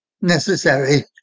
necessary